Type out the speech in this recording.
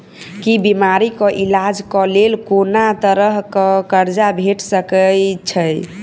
की बीमारी कऽ इलाज कऽ लेल कोनो तरह कऽ कर्जा भेट सकय छई?